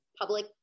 public